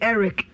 Eric